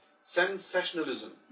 sensationalism